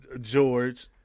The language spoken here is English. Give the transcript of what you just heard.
George